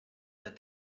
that